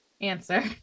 answer